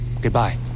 Goodbye